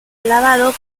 alabado